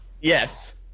Yes